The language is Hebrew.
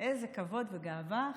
איזה כבוד וגאווה,